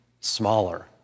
smaller